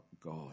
God